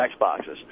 Xboxes